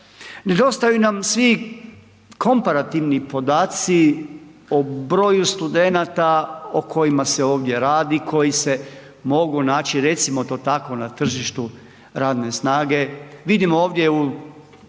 Nedostaju nam svi komparativni podaci o broju studenata o kojima se ovdje radi, koji se mogu naći, recimo to tako, na tržištu radne snage. Vidimo ovdje u